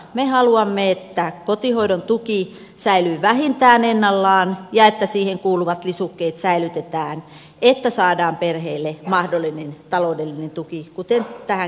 me haluamme että kotihoidon tuki säilyy vähintään ennallaan ja että siihen kuuluvat lisukkeet säilytetään jotta saadaan perheille mahdollinen taloudellinen tuki kuten tähänkin saakka